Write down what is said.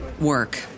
work